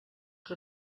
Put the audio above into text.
que